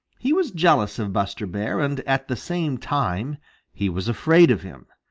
he was jealous of buster bear, and at the same time he was afraid of him.